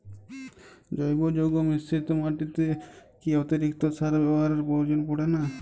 জৈব যৌগ মিশ্রিত মাটিতে কি অতিরিক্ত সার ব্যবহারের প্রয়োজন পড়ে না?